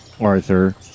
Arthur